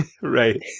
right